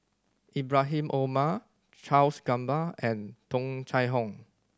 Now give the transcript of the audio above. Ibrahim Omar Charles Gamba and Tung Chye Hong